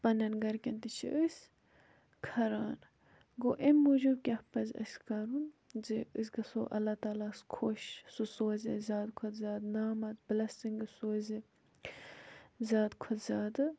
پَننٮ۪ن گَرِکٮ۪ن تہِ چھِ أسۍ کھَران گوٚو امہِ موٗجوٗب کیٛاہ پَزِ اَسہِ کَرُن زِ أسۍ گَژھو اللہ تعالیٰ ہَس خۄش سُہ سوزِ اَسہِ زیادٕ کھۄتہٕ زیادٕ نعمت بٕلیسِنگس سوزِ زیادٕ کھۄتہٕ زیادٕ